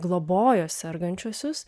globojo sergančiuosius